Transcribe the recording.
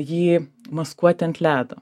jį maskuoti ant ledo